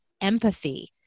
empathy